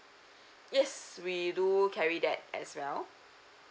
yes we do carry that as well